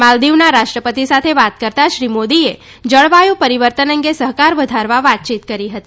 માલદીવના રાષ્ટ્રપતિ સાથે વાત કરતાં શ્રી મોદીએ જળવાયું પરિવર્તન અંગે સહકાર વધારવા વાતચીત કરી હતી